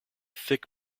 thick